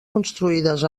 construïdes